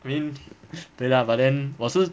I mean 对 lah but then 我是